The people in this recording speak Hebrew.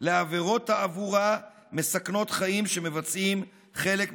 לעבירות תעבורה מסכנות חיים שמבצעים חלק משליחיהן.